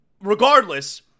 regardless